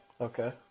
Okay